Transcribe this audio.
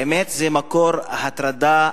זה מקור הטרדה